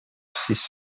six